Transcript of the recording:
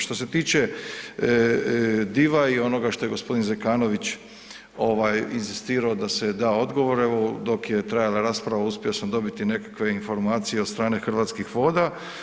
Što se tiče Diva i onoga što je gospodin Zekanović inzistirao da se da odgovor, evo dok je trajala rasprava uspio sam dobiti nekakve informacije od strane Hrvatskih voda.